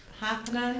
happening